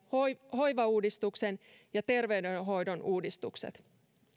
hoivauudistuksen ja terveydenhoidon uudistukset